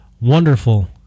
Wonderful